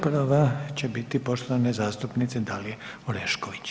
Prva će biti poštovane zastupnice Dalije Orešković.